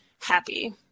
happy